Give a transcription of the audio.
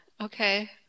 okay